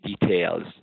details